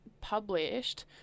published